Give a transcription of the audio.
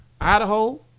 Idaho